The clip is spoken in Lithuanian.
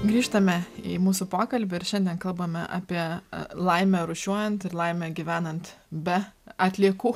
grįžtame į mūsų pokalbį ir šiandien kalbame apie laimę rūšiuojant ir laimę gyvenant be atliekų